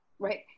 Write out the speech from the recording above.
Right